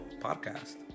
podcast